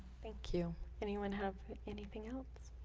thank you anyone have anything else